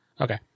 Okay